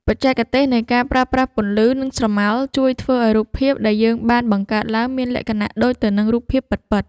បច្ចេកទេសនៃការប្រើប្រាស់ពន្លឺនិងស្រមោលជួយធ្វើឱ្យរូបភាពដែលយើងបានបង្កើតឡើងមានលក្ខណៈដូចទៅនឹងរូបភាពពិតៗ។